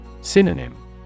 Synonym